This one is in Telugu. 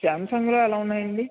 సాంసంగ్లో ఎలా ఉన్నాయి అండి